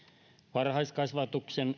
varhaiskasvatuksen